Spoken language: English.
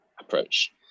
approach